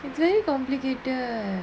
it's very complicated